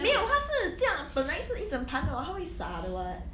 没有他是这样本来是一整盘的 [what] 他会撒的 [what]